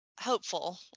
hopeful